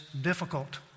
difficult